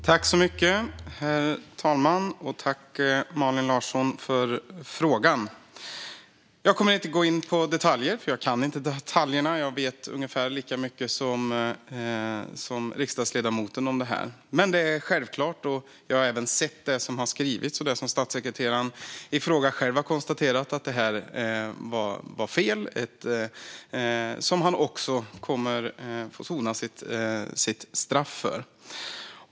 Herr talman! Jag tackar Malin Larsson för frågan. Jag kommer inte att gå in på detaljer, för jag kan inte detaljerna. Jag vet ungefär lika mycket som riksdagsledamoten. Men det här är självklart. Jag har sett det som har skrivits och det som statssekreteraren i fråga själv har konstaterat. Det här var fel, och han kommer att få sona för det och ta sitt straff.